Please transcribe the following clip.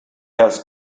has